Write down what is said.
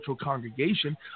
congregation